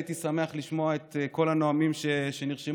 הייתי שמח לשמוע את כל הנואמים שנרשמו,